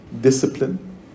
discipline